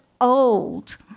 old